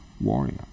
warrior